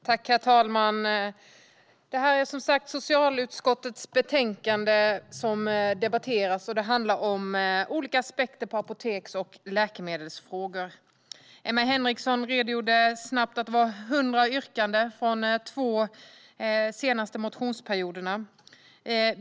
Herr talman! Vi debatterar nu som sagt socialutskottets betänkande som handlar om olika aspekter på apoteks och läkemedelsfrågor. Emma Henriksson redogjorde för att det finns 100 yrkanden från de två senaste motionsperioderna.